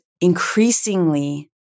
increasingly